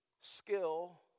skill